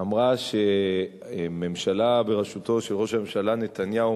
אמרה שממשלה בראשותו של ראש הממשלה נתניהו,